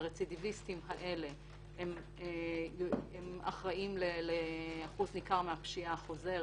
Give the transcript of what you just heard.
והם אחראים לשיעור ניכר מהפשיעה החוזרת.